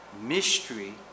mystery